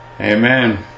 Amen